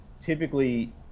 typically